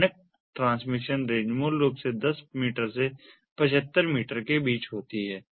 मानक transmission range मूल रूप से 10 मीटर से 75 मीटर के बीच होती है